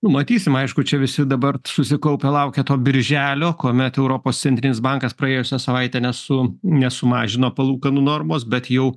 nu matysim aišku čia visi dabar susikaupę laukia to birželio kuomet europos centrinis bankas praėjusią savaitę nesu nesumažino palūkanų normos bet jau